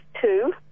two